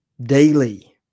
daily